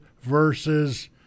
versus